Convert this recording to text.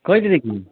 कहिलेदेखि